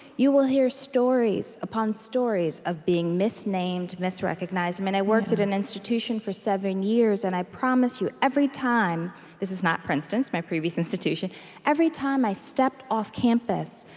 you will hear stories upon stories of being misnamed, misrecognized. and i worked at an institution for seven years, and i promise you, every time this is not princeton it's my previous institution every time i stepped off campus,